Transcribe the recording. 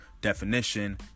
definition